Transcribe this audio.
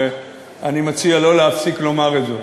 ואני מציע לא להפסיק לומר את זה.